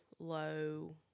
Low